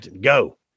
go